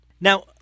Now